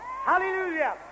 Hallelujah